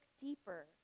deeper